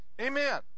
Amen